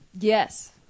Yes